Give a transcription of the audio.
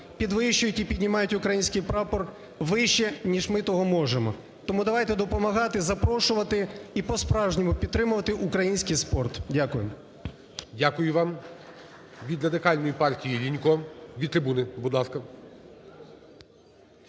підвищують і піднімають український прапор вище, ніж ми того можемо. Тому давайте допомагати, запрошувати і по-справжньому підтримувати український спорт. Дякую. ГОЛОВУЮЧИЙ. Дякую вам. Від Радикальної партії Лінько. Від трибуни, будь ласка.